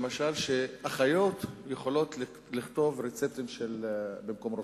למשל שאחיות יכולות לרשום רצפטים במקום רופאים.